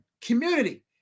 Community